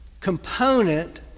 component